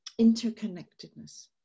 Interconnectedness